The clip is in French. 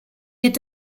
est